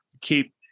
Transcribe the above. keep